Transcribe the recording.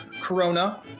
Corona